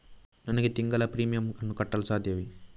ನನಗೆ ತಿಂಗಳ ಪ್ರೀಮಿಯಮ್ ಅನ್ನು ಕಟ್ಟಲು ಸಾಧ್ಯವೇ?